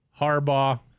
Harbaugh